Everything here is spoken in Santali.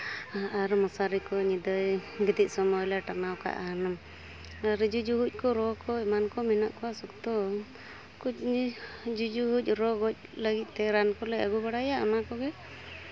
ᱟᱨ ᱢᱚᱥᱟᱨᱤ ᱠᱚ ᱧᱤᱫᱟᱹᱭ ᱜᱤᱛᱤᱡ ᱥᱚᱢᱚᱭ ᱞᱮ ᱴᱟᱱᱟᱣ ᱠᱟᱜᱼᱟ ᱦᱩᱱᱟᱹᱝ ᱨᱤᱡᱩ ᱡᱚᱠᱷᱚᱡ ᱠᱚ ᱨᱚ ᱠᱚ ᱮᱢᱟᱱ ᱠᱚ ᱢᱮᱱᱟᱜ ᱠᱚᱣᱟ ᱥᱚᱠᱛᱚ ᱠᱩᱡ ᱡᱩᱡᱩᱢᱩᱡ ᱨᱚ ᱜᱚᱡ ᱞᱟᱹᱜᱤᱫ ᱛᱮ ᱨᱟᱱ ᱠᱚᱞᱮ ᱟᱹᱜᱩ ᱵᱟᱲᱟᱭᱟ ᱚᱱᱟ ᱠᱚᱜᱮ